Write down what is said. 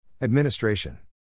Administration